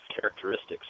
characteristics